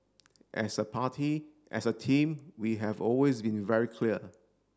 as a party as a team we have always been very clear